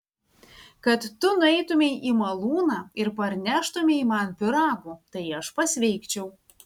kad tu nueitumei į malūną ir parneštumei man pyragų tai aš pasveikčiau